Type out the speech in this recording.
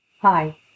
Hi